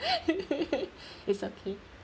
it's okay